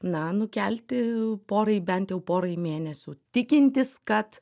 na nukelti porai bent jau porai mėnesių tikintis kad